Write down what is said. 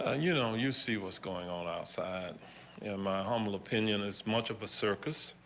ah you know you see what's going on outside in my humble opinion as much of a circus,